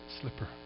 slipper